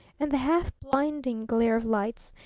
and the half-blinding glare of lights,